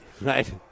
right